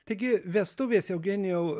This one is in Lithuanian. taigi vestuvės eugenijau